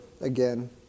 again